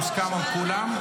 מוסכם על כולם?